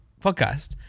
podcast